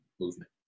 movement